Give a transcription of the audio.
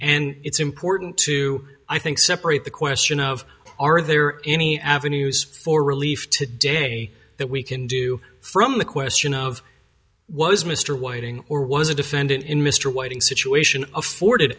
and it's important to i think separate the question of are there any avenues for relief today that we can do from the question of was mr whiting or was a defendant in mr whiting situation afforded